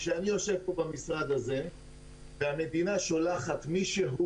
אני יושב פה במשרד הזה והמדינה שולחת מישהו